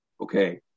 okay